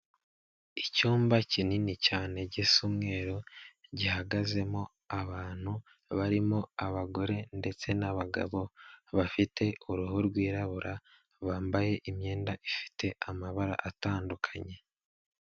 Icyumba kinini cyane gisa umweru, gihagazemo abantu barimo abagore ndetse n'abagabo bafite uruhu rwirabura, bambaye imyenda ifite amabara atandukanye.